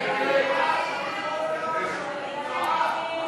ההסתייגויות לסעיף 40,